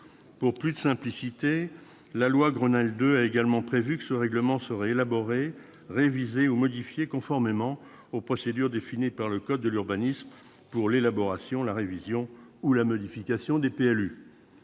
Pour plus de simplicité, cette loi a également prévu que ce règlement serait élaboré, révisé ou modifié conformément aux procédures définies par le code de l'urbanisme pour l'élaboration, la révision ou la modification des PLU.